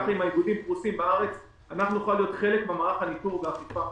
אנחנו נוכל להיות חלק ממערך הניטור והאכיפה.